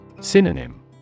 Synonym